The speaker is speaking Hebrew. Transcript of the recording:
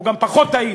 הוא גם פחות טעים.